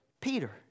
Peter